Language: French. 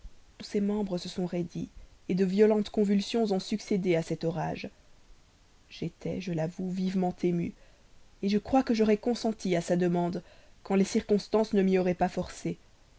ses membres se sont raidis de violentes convulsions ont succédé à cet orage j'étais je l'avoue violemment ému je crois que j'aurais consenti à sa demande quand même les circonstances ne m'y auraient pas forcé